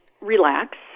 Relax